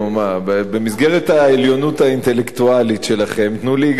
במסגרת העליונות האינטלקטואלית שלכם תנו לי גם לנסות,